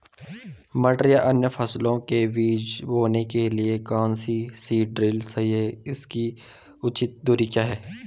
मटर या अन्य फसलों के बीज बोने के लिए कौन सा सीड ड्रील सही है इसकी उचित दूरी क्या है?